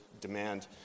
demand